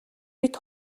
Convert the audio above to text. бид